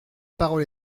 parole